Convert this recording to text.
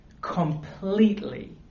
completely